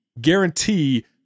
guarantee